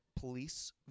police